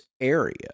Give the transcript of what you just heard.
area